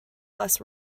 less